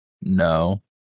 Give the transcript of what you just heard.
No